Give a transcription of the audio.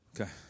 Okay